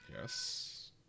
yes